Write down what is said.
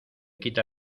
quita